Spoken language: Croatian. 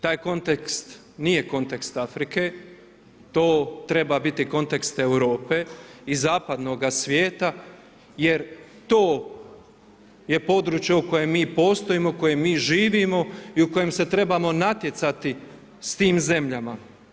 Taj kontekst nije kontekst Afrike, to treba biti kontekst Europe i zapadnoga svijeta, jer to je područje u kojem mi postojimo, u kojem mi živimo u kojem se trebamo natjecati s tim zemljama.